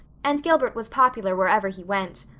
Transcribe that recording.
and gilbert was popular wherever he went.